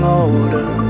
older